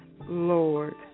Lord